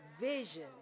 Vision